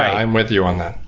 i'm with you on that.